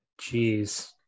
Jeez